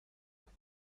from